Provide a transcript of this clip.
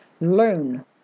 learn